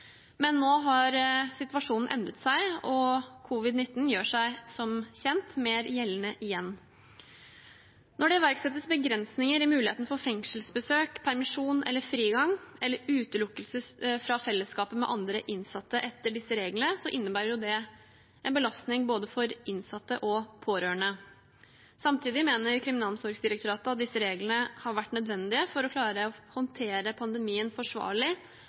men nå har situasjonen endret seg, og covid-19 gjør seg som kjent mer gjeldende igjen. Når det iverksettes begrensninger i muligheten for fengselsbesøk, permisjon eller frigang eller utelukkelse fra fellesskapet med andre innsatte etter disse reglene, innebærer det en belastning for både innsatte og pårørende. Samtidig mener Kriminalomsorgsdirektoratet at disse reglene har vært nødvendige for å klare å håndtere pandemien forsvarlig